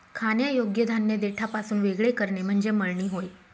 खाण्यायोग्य धान्य देठापासून वेगळे करणे म्हणजे मळणी होय